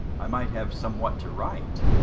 i might have somewhat to write.